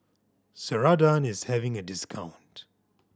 Ceradan is having a discount